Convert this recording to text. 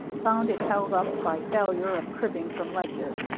found it held up by failure of cribbing from ledyard.